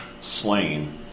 slain